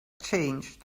changed